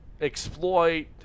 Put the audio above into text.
exploit